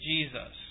Jesus